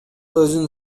өзүн